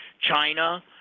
China